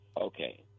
Okay